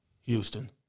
Houston